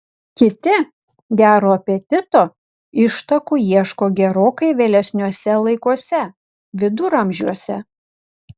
kiti gero apetito ištakų ieško gerokai vėlesniuose laikuose viduramžiuose